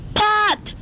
pot